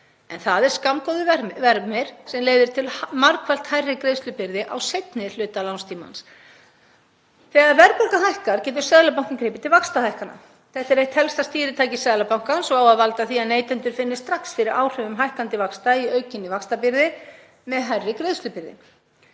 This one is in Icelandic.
en það er skammgóður vermir sem leiðir til margfalt hærri greiðslubyrði á seinni hluta lánstímans. Þegar verðbólga hækkar getur Seðlabankinn gripið til vaxtahækkana. Þetta er eitt helsta stýritæki Seðlabankans og á að valda því að neytendur finni strax fyrir áhrifum hækkandi vaxta í aukinni vaxtabyrði og hærri greiðslubyrði,